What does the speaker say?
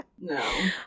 No